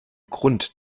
grund